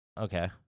Okay